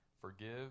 Forgive